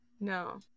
No